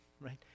right